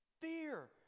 fear